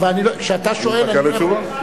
כשאתה שואל, אני לא יכול, אני מחכה לתשובה.